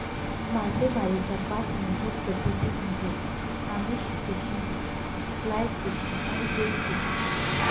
मासेमारीच्या पाच मूलभूत पद्धती म्हणजे आमिष फिशिंग, फ्लाय फिशिंग आणि बेट फिशिंग